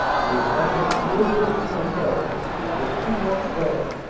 and the attack of the canadians from the south was too much for them.